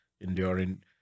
enduring